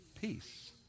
peace